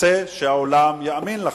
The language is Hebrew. רוצה שהעולם יאמין לך?